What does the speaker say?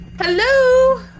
Hello